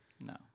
no